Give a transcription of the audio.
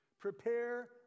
prepare